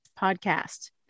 podcast